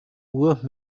uhr